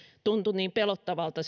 tuntui niin pelottavalta